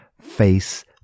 face